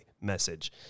message